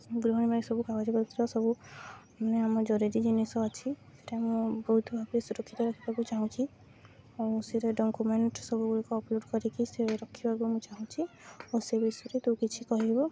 ଗୃହିଣୀ ପାଇଁ ସବୁ କାଗଜପତ୍ର ସବୁ ମାନେ ଆମ ଜରୁରୀ ଜିନିଷ ଅଛି ସେଟା ମୁଁ ବହୁତ ଭାବରେ ସୁରକ୍ଷିତ ରଖିବାକୁ ଚାହୁଁଛି ଆଉ ସେଇଟା ଡକୁମେଣ୍ଟ ସବୁଗୁଡ଼ିକ ଅପଲୋଡ଼ କରିକି ସେ ରଖିବାକୁ ମୁଁ ଚାହୁଁଛି ଆଉ ସେ ବିଷୟରେ ତୁ କିଛି କହିବ